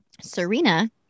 Serena